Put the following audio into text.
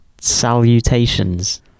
salutations